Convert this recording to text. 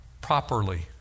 properly